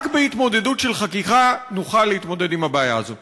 רק בהתמודדות של חקיקה נוכל להתמודד עם הבעיה הזאת.